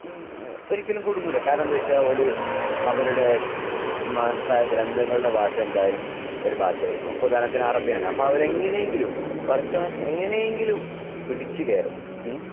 ഒരിക്കലും കുടുങ്ങില്ല കാരണം എന്താണെന്നുവച്ചാല് അവര് അവരുടെ മഹത്തായ ഗ്രന്ഥങ്ങളുടെ ഭാഷ എന്തായാലും ഒരു ഭാഷയായിരിക്കും ഇപ്പോള് ഉദാഹരണത്തിന് അറബിയാണ് അപ്പോള് അവര് എങ്ങനെയെങ്കിലും പടച്ചോൻ എങ്ങനെയെങ്കിലും പിടിച്ചുകയറും ഉം